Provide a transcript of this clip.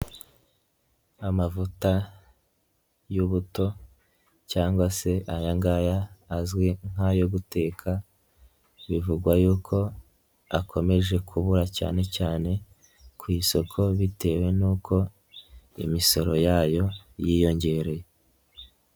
Amavuta y'ubuto cyangwa se aya ngaya azwi nk'ayo guteka, bivugwa yuko akomeje kubura cyane cyane ku isoko, bitewe n'uko imisoro yayo yiyongereye.